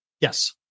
Yes